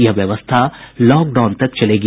यह व्यवस्था लॉकडाउन तक चलेगी